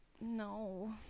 no